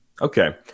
Okay